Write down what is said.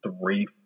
three